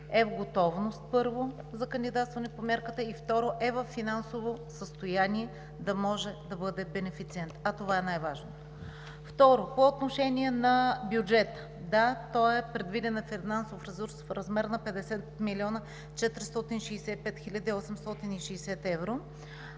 са в готовност, първо, за кандидатстване по мярката и, второ, са във финансово състояние да могат да бъдат бенефициент, а това е най-важното. Второ, по отношение на бюджета – да, предвиден е финансов ресурс в размер на 50 млн. 465 хил. 860 евро.